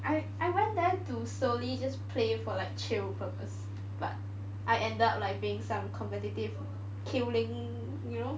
I I went there to slowly just play for like chill purpose but I ended up like being some competitive killing you know